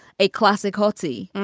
a classic hottie.